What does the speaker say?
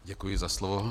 Děkuji za slovo.